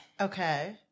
Okay